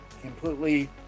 completely